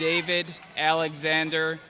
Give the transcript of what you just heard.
david alexander